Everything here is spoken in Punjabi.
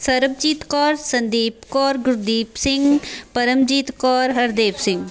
ਸਰਬਜੀਤ ਕੌਰ ਸੰਦੀਪ ਕੌਰ ਗੁਰਦੀਪ ਸਿੰਘ ਪਰਮਜੀਤ ਕੌਰ ਹਰਦੇਵ ਸਿੰਘ